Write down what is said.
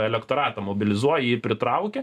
elektoratą mobilizuoji jį pritrauki